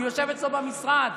הוא יושב אצלו במשרד.